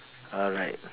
alright